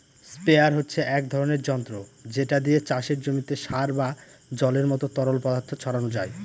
sprayer হচ্ছে এক ধরণের যন্ত্র যেটা দিয়ে চাষের জমিতে সার বা জলের মত তরল পদার্থ ছড়ানো যায়